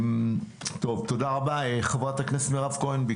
בבקשה, חברת הכנסת מירב כהן.